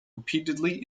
repeatedly